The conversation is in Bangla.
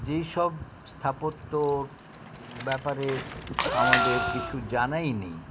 যেসব স্থাপত্য ব্যাপারে আমাদের কিছু জানাই নেই